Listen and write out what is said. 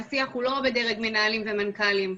השיח הוא לא בדרג מנהלים ומנכ"לים.